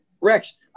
Rex